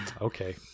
okay